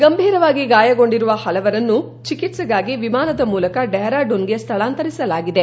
ಗಂಭೀರವಾಗಿ ಗಾಯಗೊಂಡಿರುವ ಹಲವರನ್ನು ಚಿಕಿತ್ಸೆಗಾಗಿ ವಿಮಾನದ ಮೂಲಕ ಡೆಪ್ರಾಡೂನ್ಗೆ ಸ್ಥಳಾಂತರಿಸಲಾಗಿದೆ